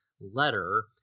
letter